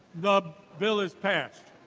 the bill is passed.